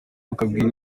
akabihakana